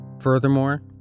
Furthermore